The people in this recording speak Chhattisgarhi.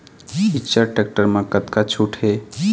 इच्चर टेक्टर म कतका छूट हे?